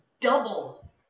double